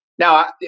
Now